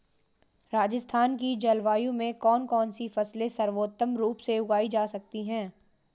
राजस्थान की जलवायु में कौन कौनसी फसलें सर्वोत्तम रूप से उगाई जा सकती हैं?